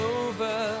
over